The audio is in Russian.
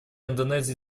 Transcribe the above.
индонезии